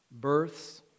births